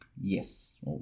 Yes